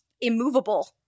immovable